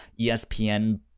espn